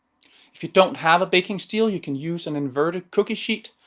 if you don't have a baking steel, you can use an inverted cookie sheet.